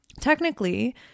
technically